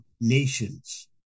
nations